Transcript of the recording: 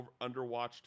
underwatched